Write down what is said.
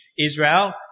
Israel